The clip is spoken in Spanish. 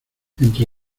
entre